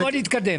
נתקדם.